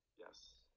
Yes